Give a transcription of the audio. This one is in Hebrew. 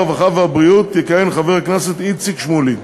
הרווחה והבריאות יכהן חבר הכנסת איציק שמולי,